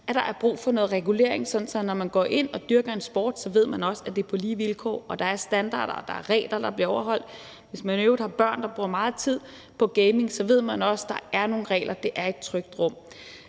er brug for noget regulering, sådan at man, når man går ind og dyrker sport, også ved, at det er på lige vilkår, og at der er standarder og regler, der bliver overholdt. Hvis man i øvrigt har børn, der bruger meget tid på gaming, så ved man også, at der er nogle regler. Det er et trygt rum.